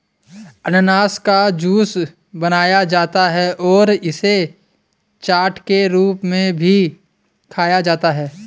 अनन्नास का जूस बनाया जाता है और इसे चाट के रूप में भी खाया जाता है